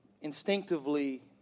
instinctively